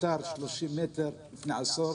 30 מטר לפני עשור.